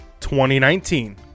2019